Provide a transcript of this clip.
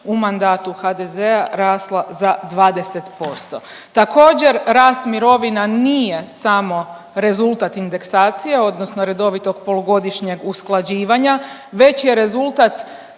u mandatu HDZ-a rasla za 20%. Također rast mirovina nije samo rezultat indeksacije, odnosno redovitog polugodišnjeg usklađivanja već je rezultat